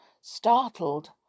startled